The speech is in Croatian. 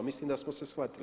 Mislim da smo se shvatili.